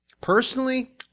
Personally